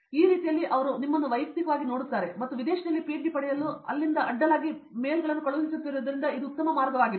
ಈ ರೀತಿಯಲ್ಲಿ ಅವರು ನಿಮ್ಮನ್ನು ವೈಯಕ್ತಿಕವಾಗಿ ನೋಡುತ್ತಾರೆ ಮತ್ತು ವಿದೇಶದಲ್ಲಿ ಪಿಎಚ್ಡಿ ಪಡೆಯಲು ಮತ್ತು ನಾನು ಇಲ್ಲಿಂದ ಅಡ್ಡಲಾಗಿ ಮೇಲ್ಗಳನ್ನು ಕಳುಹಿಸುತ್ತಿರುವುದರಿಂದ ಇದು ಉತ್ತಮ ಮಾರ್ಗವಾಗಿದೆ